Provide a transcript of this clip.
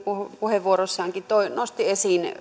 puheenvuoroissaankin nostivat esiin